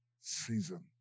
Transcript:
season